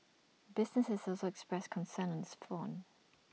businesses also expressed concern on this front